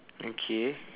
okay